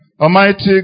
Almighty